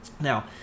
Now